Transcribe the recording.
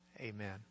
amen